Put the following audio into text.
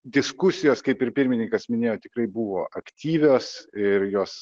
diskusijos kaip ir pirmininkas minėjo tikrai buvo aktyvios ir jos